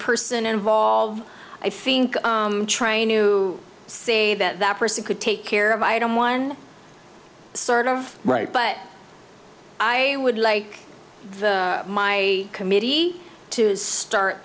person involved i think trying to say that that person could take care of item one sort of right but i would like my committee to start